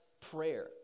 prayer